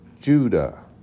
Judah